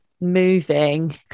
moving